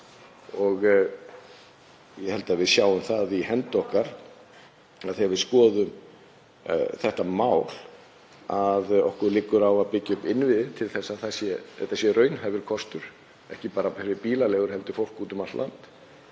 Ég held að við sjáum það í hendi okkar þegar við skoðum þetta mál að okkur liggur á að byggja upp innviði til að þetta sé raunhæfur kostur, ekki bara fyrir bílaleigur heldur fólk úti um allt land.